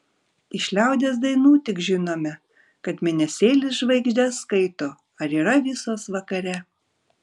iš liaudies dainų tik žinome kad mėnesėlis žvaigždes skaito ar yra visos vakare